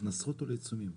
לקנסות או לעיצומים?